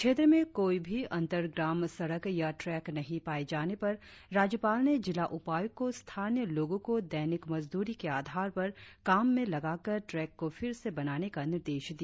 क्षेत्र में कोई भी अंतर ग्राम सड़क या ट्रैक नहीं पाए जाने पर राज्यपाल ने जिला उपायुक्त को स्थानीय लोगों को दैनिक मजदूरी के आधार पर काम में लगाकर ट्रैक को फिर से बनाने का निर्देश दिया